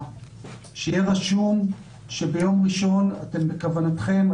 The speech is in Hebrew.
שיהיה רשום שביום ראשון אתם בכוונתכם,